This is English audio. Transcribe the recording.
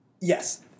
yes